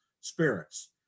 spirits